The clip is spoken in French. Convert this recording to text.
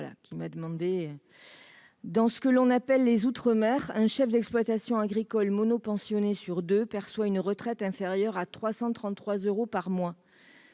prévu de donner :« Dans ce que l'on appelle les outre-mer, un chef d'exploitation agricole monopensionné sur deux perçoit une retraite inférieure à 333 euros par mois.